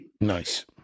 Nice